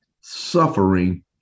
suffering